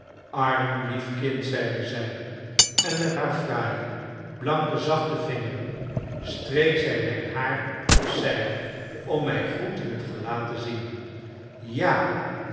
arm lief kind zeide zij en met hare fraaie blanke zachte vingeren streek zij mijn haar op zijde om mij goed in t gelaat te zien ja ja